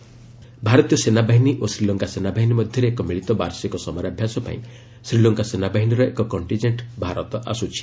SL joint military ଭାରତୀୟ ସେନା ବାହିନୀ ଓ ଶ୍ରୀଲଙ୍କା ସେନାବାହିନୀ ମଧ୍ୟରେ ଏକ ମିଳିତ ବାର୍ଷିକ ସମରାଭ୍ୟାସ ପାଇଁ ଶ୍ରୀଲଙ୍କା ସେନାବାହିନୀର ଏକ କର୍ଷିକେଣ୍ଟ ଭାରତ ଆସୁଛି